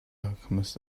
alchemist